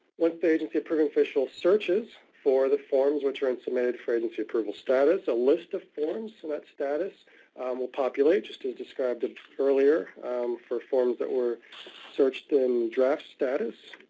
once the agency approval official searches for the forms, which are in submitted for agency approval status, a list of forms from that status will populate, just as described earlier for forms that were searched in draft status.